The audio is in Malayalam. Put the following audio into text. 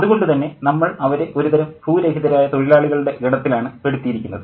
അതുകൊണ്ട് തന്നെ നമ്മൾ അവരെ ഒരു തരം ഭൂരഹിതരായ തൊഴിലാളികളുടെ ഗണത്തിലാണ് പെടുത്തിയിരിക്കുന്നത്